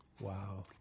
Wow